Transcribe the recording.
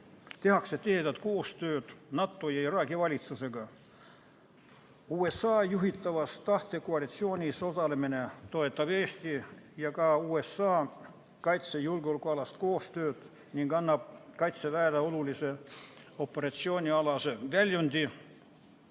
tehakse tihedat koostööd NATO ja Iraagi valitsusega. USA juhitavas tahtekoalitsioonis osalemine toetab Eesti ja ka USA kaitse- ja julgeolekukoostööd ning annab Kaitseväele olulise operatsioonialase väljundi.